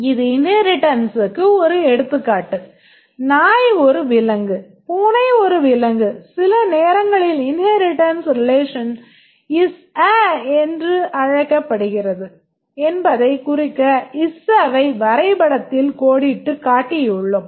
இது இன்ஹேரிட்டன்ஸ்க்கு relation என்றும் அழைக்கப்படுகிறது என்பதைக் குறிக்க ISAவை வரைபடத்தில் கோடிட்டுக் காட்டியுள்ளோம்